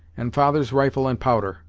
and father's rifle and powder